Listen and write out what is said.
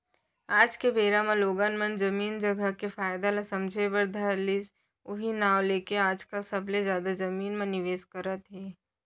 आज के बेरा म लोगन मन जमीन जघा के फायदा ल समझे बर धर लिस उहीं नांव लेके आजकल सबले जादा जमीन म निवेस करत हे